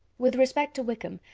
with respect to wickham,